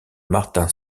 martin